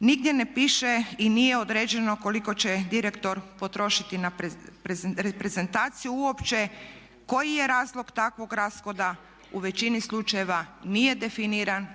Nigdje ne piše i nije određeno koliko će direktor potrošiti na reprezentaciju uopće, koji je razlog takvog rashoda u većini slučajeva